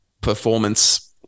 performance